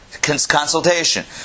Consultation